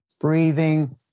Breathing